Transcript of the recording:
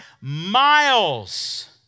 miles